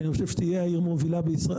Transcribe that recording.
שאני חושב שתהיה העיר המובילה בישראל,